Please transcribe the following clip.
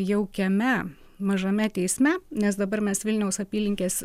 jaukiame mažame teisme nes dabar mes vilniaus apylinkės